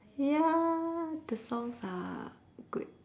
ya the songs are good